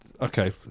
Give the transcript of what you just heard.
okay